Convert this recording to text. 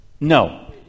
No